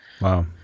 Wow